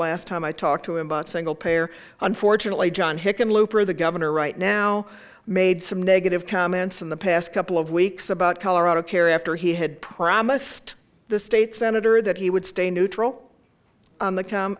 last time i talked to him about single payer unfortunately john hickenlooper the governor now made some negative comments in the past couple of weeks about colorado kerry after he had promised the state senator that he would stay neutral on the come